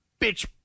bitch